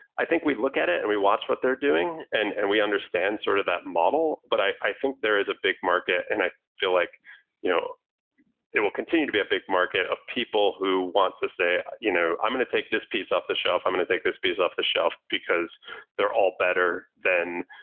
i think we look at it and we watch what they're doing and and we understand sort of that model, but i i think there is a big market and i feel like you know it will continue to be a big market of people who want to say, you know i'm going to take this piece off-the-shelf. i'm going to take this piece off-the-shelf, because they're all better than